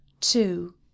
two